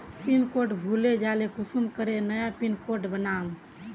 Pin code भूले जाले कुंसम करे नया पिन कोड बनाम?